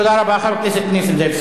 תודה רבה, חבר הכנסת נסים זאב.